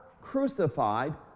crucified